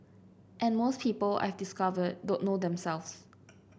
and most people I've discovered don't know themselves